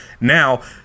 Now